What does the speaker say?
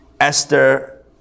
Esther